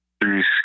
Three